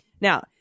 Now